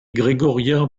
grégorien